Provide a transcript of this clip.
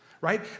right